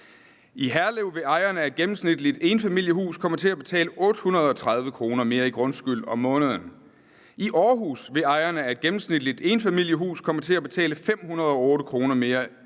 i Herlev vil ejerne af et gennemsnitligt enfamiliehus komme til at betale 830 kr. mere i grundskyld om måneden; i Århus vil ejerne af et gennemsnitligt enfamiliehus komme til at betale 508 kr. mere i grundskyld om måneden,